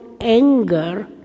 anger